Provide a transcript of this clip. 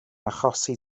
achosi